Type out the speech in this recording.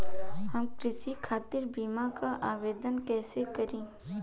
हम कृषि खातिर बीमा क आवेदन कइसे करि?